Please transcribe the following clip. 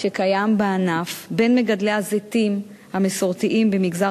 שקיים בענף בין מגדלי הזיתים המסורתיים במגזר